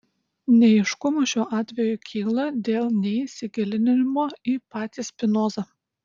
neaiškumų šiuo atveju kyla dėl neįsigilinimo į patį spinozą